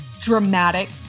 dramatic